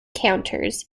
counters